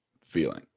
feeling